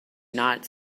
united